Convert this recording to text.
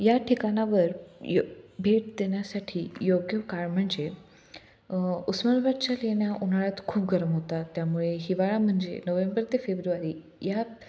या ठिकाणावर य भेट देण्या्साठी योग्य काळ म्हणजे उस्मानाबादच्या लेण्या उन्हाळ्यात खूप गरम होतात त्यामुळे हिवाळा म्हणजे नोव्हेंबर ते फेब्रुवारी यात